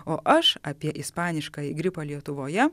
o aš apie ispaniškąjį gripą lietuvoje